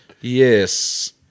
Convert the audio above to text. Yes